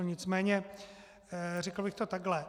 Nicméně řekl bych to takhle.